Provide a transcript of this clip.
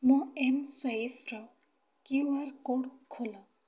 ମୋ ଏମ୍ସ୍ୱାଇପ୍ର Q R code ଖୋଲ